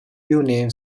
union